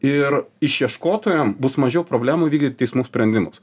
ir išieškotojam bus mažiau problemų vykdyt teismų sprendimus